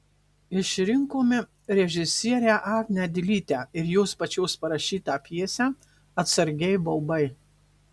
išrinkome režisierę agnę dilytę ir jos pačios parašytą pjesę atsargiai baubai